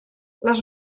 les